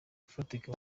ufatika